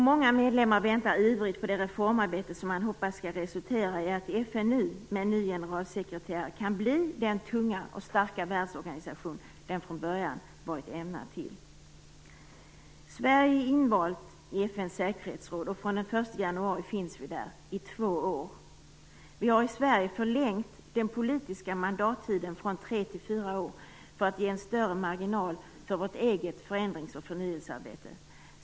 Många medlemmar väntar ivrigt på det reformarbete som man hoppas skall resultera i att FN nu, med en ny generalsekreterare, kan bli den tunga och starka världsorganisation som den från början varit ämnad till. Sverige är invalt i FN:s säkerhetsråd, och fr.o.m. den 1 januari finns vi där i två år. Vi har i Sverige förlängt den politiska mandattiden från tre till fyra år för att ge en större marginal för vårt eget förändringsoch förnyelsearbete.